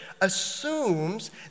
assumes